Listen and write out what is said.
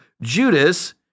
Judas